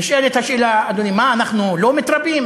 נשאלת השאלה, אדוני, מה, אנחנו לא מתרבים?